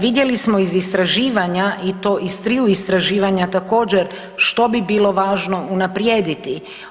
Vidjeli smo iz istraživanja i to iz triju istraživanja također što bi bilo važno unaprijediti.